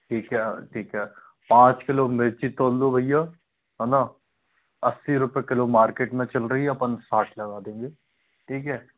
ठीक है ठीक है पाँच किलो मिर्ची तोल दो भैया है ना अस्सी रुपये किलो मार्केट में चल रही है अपन साठ लगा देंगे ठीक है